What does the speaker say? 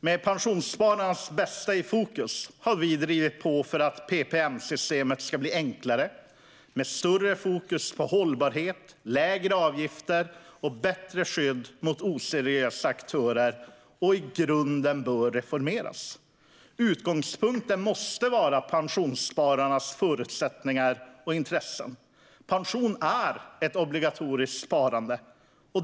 Med pensionsspararnas bästa i fokus har vi drivit på för att PPM-systemet ska bli enklare, med större fokus på hållbarhet, med lägre avgifter och med bättre skydd mot oseriösa aktörer. Systemet bör i grunden reformeras. Utgångspunkten måste vara pensionsspararnas förutsättningar och intressen. Pension är ett obligatoriskt sparande.